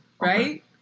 Right